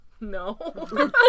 No